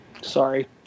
Sorry